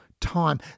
time